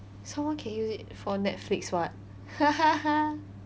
someone can use it for netflix [what]